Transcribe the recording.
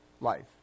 life